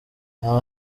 aha